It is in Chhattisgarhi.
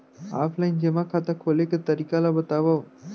ऑफलाइन जेमा खाता खोले के तरीका ल बतावव?